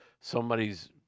somebody's